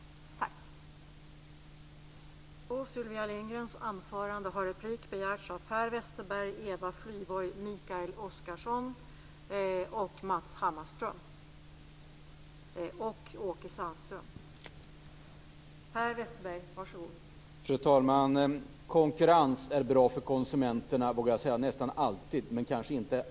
Tack!